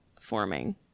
forming